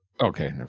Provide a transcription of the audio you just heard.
Okay